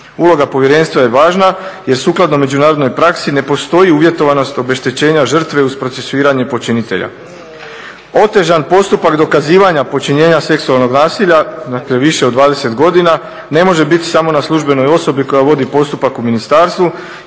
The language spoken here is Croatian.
Uloga povjerenstva je važna jer sukladno međunarodnoj praksi ne postoji uvjetovanost obeštećenja žrtve uz procesuiranje počinitelja. Otežan postupak dokazivanja počinjenja seksualnog nasilja, dakle više od 20 godina ne može biti samo na službenoj osobi koja vodi postupak u ministarstvu